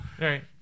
Right